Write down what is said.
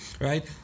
Right